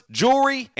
jewelry